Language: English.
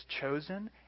chosen